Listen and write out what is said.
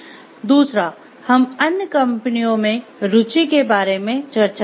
दूसरा हम अन्य कंपनियों में रुचि के बारे में चर्चा करेंगे